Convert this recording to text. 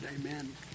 Amen